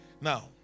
Now